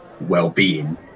well-being